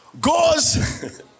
Goes